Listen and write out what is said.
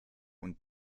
und